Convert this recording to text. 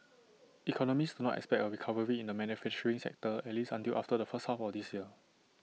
economists do not expect A recovery in the manufacturing sector at least until after the first half of this year